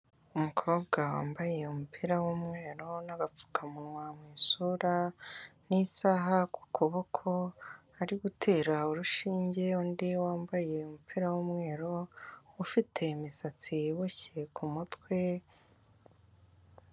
Umukobwa wambaye umupira w'umweru n’agapfukamunwa mu isura, n'isaha ku kuboko ari gutera urushinge undi wambaye umupira w'umweru, ufite imisatsi iboshye ku mutwe...